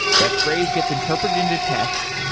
that phrase gets interpreted into text,